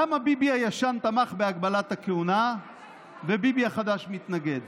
למה ביבי הישן תמך בהגבלת הכהונה וביבי החדש מתנגד?